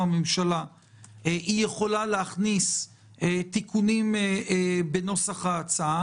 הממשלה היא יכולה להכניס תיקונים בנוסח ההצעה.